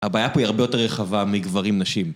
הבעיה פה היא הרבה יותר רחבה מגברים-נשים.